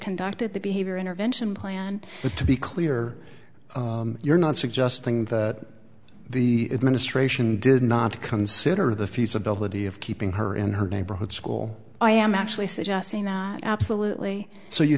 conducted the behavior intervention plan to be clear you're not suggesting that the administration did not consider the feasibility of keeping her in her neighborhood school i am actually suggesting absolutely so you